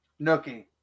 Nookie